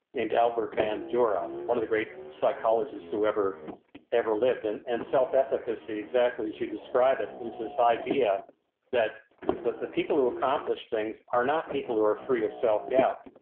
named albert bandura. one of the great psychologists who ever ever lived. and and self-efficacy, exactly as you describe it, is this idea that the the people who accomplish things are not people who are free of self-doubt.